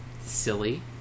silly